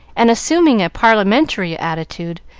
and, assuming a parliamentary attitude,